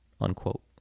unquote